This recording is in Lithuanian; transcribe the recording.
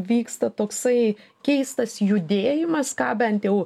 vyksta toksai keistas judėjimas ką bent jau